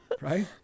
right